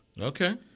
Okay